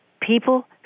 people